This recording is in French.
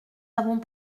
avons